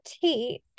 teach